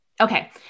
Okay